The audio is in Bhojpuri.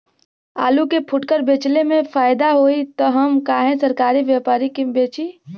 आलू के फूटकर बेंचले मे फैदा होई त हम काहे सरकारी व्यपरी के बेंचि?